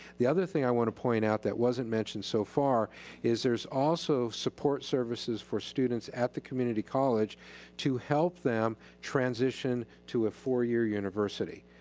the other thing i want to point out that wasn't mentioned so far is there's also support services for students at the community college to help them transition to a four year university,